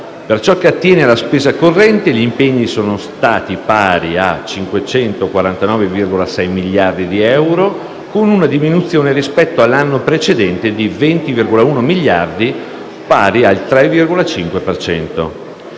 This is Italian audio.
Per ciò che attiene alla spesa corrente, gli impegni sono stati pari a 549,6 miliardi di euro, con una diminuzione rispetto all'anno precedente di 20,1 miliardi, pari al 3,5